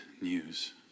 news